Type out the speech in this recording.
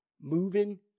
Moving